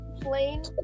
plain